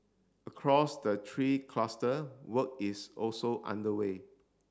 across the three cluster work is also underway